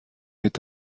est